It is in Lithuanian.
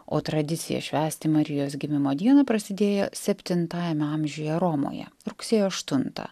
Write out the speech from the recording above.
o tradicija švęsti marijos gimimo dieną prasidėjo septintajame amžiuje romoje rugsėjo aštuntą